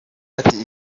ati